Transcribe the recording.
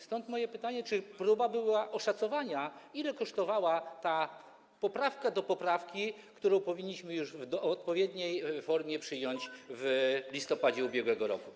Stąd moje pytanie: Czy próbowano oszacować, ile kosztowała ta poprawka do poprawki, którą powinniśmy w odpowiedniej formie przyjąć już w listopadzie ubiegłego roku?